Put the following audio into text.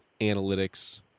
analytics